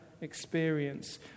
experience